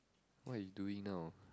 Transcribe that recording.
what you doing now